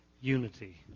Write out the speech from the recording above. unity